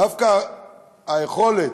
דווקא היכולת